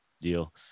deal